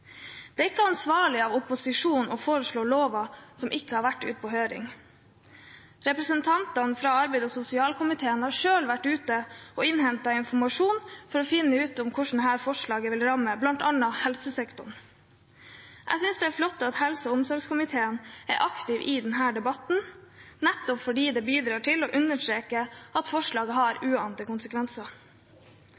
Det er ikke ansvarlig av opposisjonen å foreslå lover som ikke har vært ute på høring. Representantene fra arbeids- og sosialkomiteen har selv vært ute og innhentet informasjon for å finne ut hvordan dette forslaget vil ramme bl.a. helsesektoren. Jeg synes det er flott at helse- og omsorgskomiteen er aktiv i denne debatten, nettopp fordi det bidrar til å understreke at forslaget har